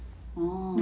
oh